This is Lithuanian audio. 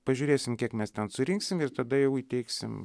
pažiūrėsim kiek mes ten surinksim ir tada jau įteiksim